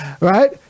Right